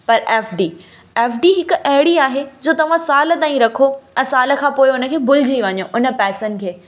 पर F D F D हिकु अहिड़ी आहे जो तव्हां साल ताईं रखो ऐं साल खां पोइ उन खे भुलिजी वञो उन पैसनि खे